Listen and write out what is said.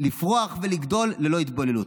לפרוח ולגדול ללא התבוללות.